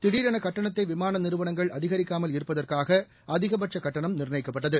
திடீரெனகட்டணத்தைவிமானநிறுவனங்கள் அதிகரிக்காமல் இருப்பதற்காகஅதிகபட்சகட்டணம் நிர்ணயிக்கப்பட்டது